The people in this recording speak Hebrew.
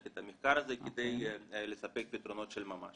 את המחקר הזה כדי לספק פתרונות של ממש.